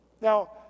Now